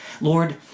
Lord